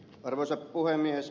arvoisa puhemies